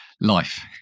life